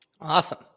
Awesome